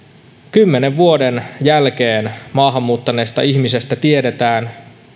kymmenen vuoden jälkeen maahan muuttaneesta ihmisestä tiedetään